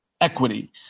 equity